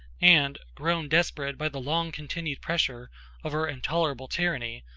and, grown desperate by the long-continued pressure of her intolerable tyranny,